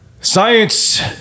Science